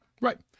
Right